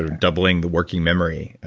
doubling the working memory,